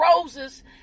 roses